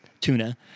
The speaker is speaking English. Tuna